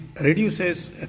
reduces